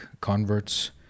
converts